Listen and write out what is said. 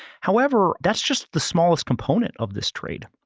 however, that's just the smallest component of this trade.